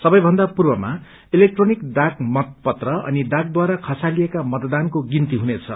सबैमन्दा पूर्वका इलेक्ट्रोनिक डाक मत पत्र अनि डाकद्वारा खसालिएका मतदानको गन्ती हुनेछ